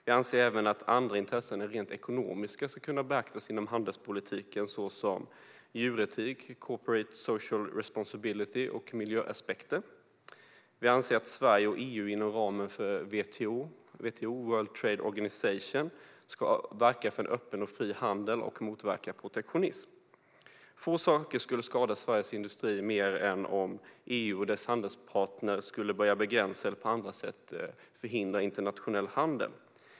Vi anser även att andra intressen än rent ekonomiska bör kunna beaktas inom handelspolitiken, såsom djuretik, corporate social responsibility och miljöaspekter. Vi anser att Sverige och EU inom ramen för WTO, World Trade Organization, ska verka för en öppen och fri handel och motverka protektionism. Få saker skulle skada Sveriges industri mer än om EU och dess handelspartner skulle börja begränsa eller på andra sätt förhindra internationell handel.